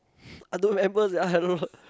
I don't remember sia I don't know